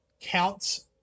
counts